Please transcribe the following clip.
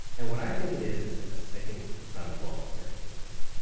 and what i think it is is this. i think it's profoundly wrong, but i think it's this.